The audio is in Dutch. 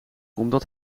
omdat